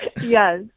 Yes